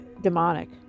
demonic